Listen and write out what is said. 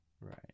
right